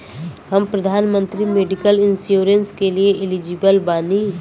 हम प्रधानमंत्री medical insurance के लिए एलिजिबल बानी?